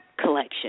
collection